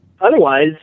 Otherwise